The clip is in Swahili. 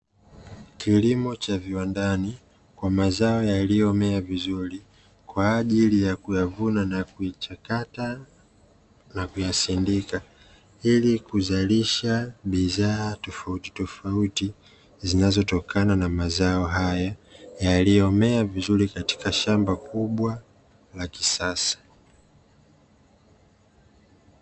Kilimo cha viwandani kwa mazao yaliyomea vizuri kwa ajili ya kuyavuna na kuichakata na kuyasindika ili kuzalisha bidhaa tofauti tofauti zinazotokana na mazao haya yaliyomea vizuri katika shamba kubwa la kisasa.